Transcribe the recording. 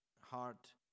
heart